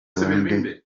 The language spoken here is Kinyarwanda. ubundi